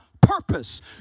purpose